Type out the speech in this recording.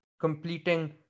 completing